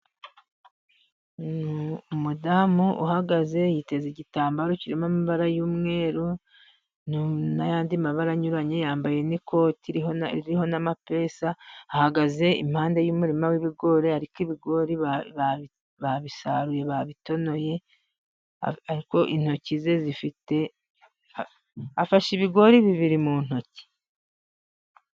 Umudamu uhagaze yiteze igitambaro kirimo amabara y'umweru n'andi mabara anyuranye, yambaye n'ikoti ririho n'amapesa; ahagaze impande y'umurima w'ibigori ariko ibigori babisaruye babitonoye, afashe ibigori bibiri mu ntoki